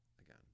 again